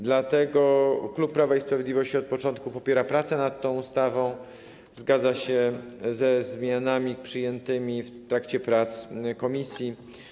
Dlatego klub Prawo i Sprawiedliwość od początku popiera pracę nad tą ustawą, a także zgadza się ze zmianami przyjętymi w trakcie prac komisji.